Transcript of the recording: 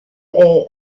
est